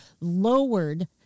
lowered